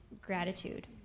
gratitude